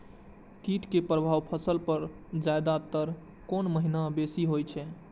कीट के प्रभाव फसल पर ज्यादा तर कोन महीना बेसी होई छै?